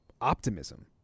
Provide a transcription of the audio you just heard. optimism